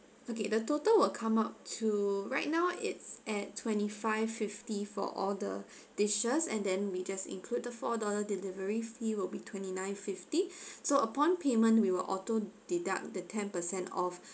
okay the total will come up to right now it's at twenty five fifty for all the dishes and then we just include the four dollar delivery fee will be twenty nine fifty so upon payment we will auto deduct the ten percent off